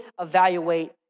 evaluate